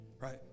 Right